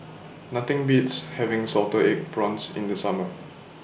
Nothing Beats having Salted Egg Prawns in The Summer